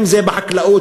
אם בחקלאות,